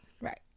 right